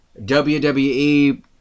WWE